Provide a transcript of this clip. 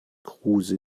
kruse